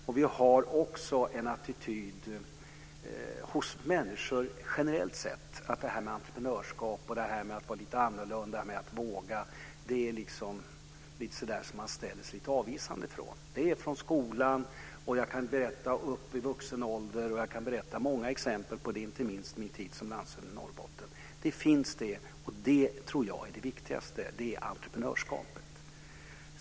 Det finns också en lite avvisande attityd hos människor generellt sett till detta med entreprenörskap, att vara lite annorlunda och våga. Det gäller från skolåldern och upp till vuxen ålder. Jag kan ge många exempel på det, inte minst från min tid som landshövding i Norrbotten. Det som jag tror är det viktigaste är entrepnörskap.